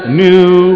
new